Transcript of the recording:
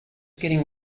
getting